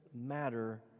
matter